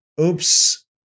Oops